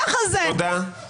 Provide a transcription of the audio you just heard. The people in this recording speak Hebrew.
ככה זה, באמת.